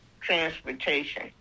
transportation